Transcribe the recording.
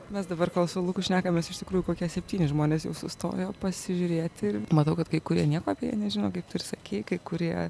mes dabar kol su luku šnekamės iš tikrųjų kokie septyni žmonės jau sustojo pasižiūrėti matau kad kai kurie nieko apie ją nežino kaip tu ir sakei kai kurie